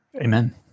Amen